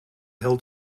hill